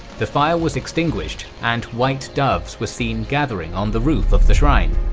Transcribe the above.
the fire was extinguished, and white doves were seen gathering on the roof of the shrine.